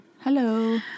Hello